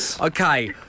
Okay